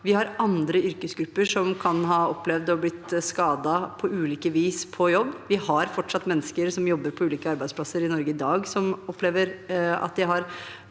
Vi har andre yrkesgrupper som kan ha opplevd å bli skadet på ulike vis på jobb. Vi har fortsatt mennesker som jobber på ulike arbeidsplasser i Norge i dag, som opplever at de har